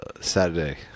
Saturday